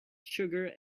sugar